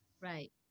Right